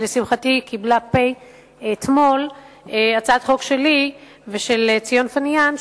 שלשמחתי קיבלה "פ/" אתמול הצעת חוק שלי ושל ציון פיניאן,